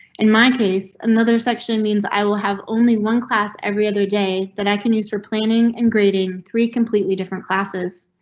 in my case, another section means i will have only one class every other day that i can use for planning and grading. three completely different classes.